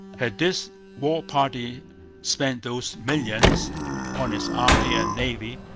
had this war party spent those millions on its army and navy,